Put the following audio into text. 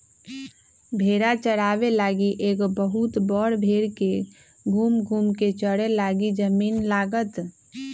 भेड़ा चाराबे लागी एगो बहुत बड़ भेड़ के घुम घुम् कें चरे लागी जमिन्न लागत